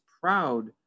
proud